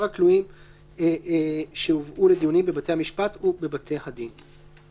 הכלואים שהובאו לדיונים בבתי המשפט ובבתי הדין.